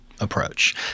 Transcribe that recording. approach